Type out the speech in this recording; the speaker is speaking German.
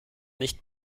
nicht